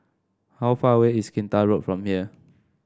how far away is Kinta Road from here